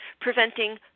preventing